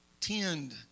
tend